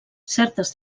certes